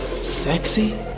sexy